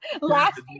last